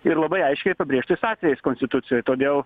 ir labai aiškiai apibrėžtais atvejais konstitucijoj todėl